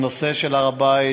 הנושא של הר-הבית,